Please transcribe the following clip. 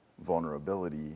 Vulnerability